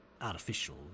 artificial